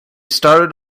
started